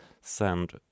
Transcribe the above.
send